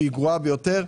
שהיא גרועה ביותר,